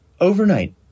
Overnight